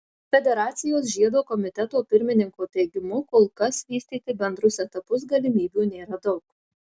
federacijos žiedo komiteto pirmininko teigimu kol kas vystyti bendrus etapus galimybių nėra daug